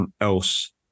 else